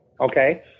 okay